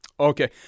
Okay